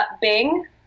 Bing